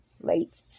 late